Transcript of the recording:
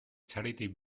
charity